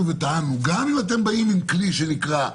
טענו: גם אם אתם באים עם כלי ה-VC,